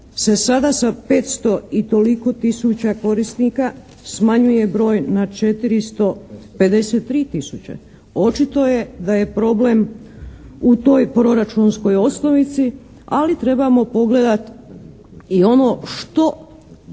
se sada sa 500 i toliko tisuća korisnika smanjuje broj na 453 tisuće. Očito je da je problem u toj proračunskoj osnovici ali trebamo pogledati i ono što